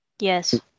Yes